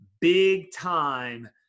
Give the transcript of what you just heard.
big-time